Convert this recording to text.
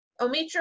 Omitra